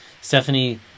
Stephanie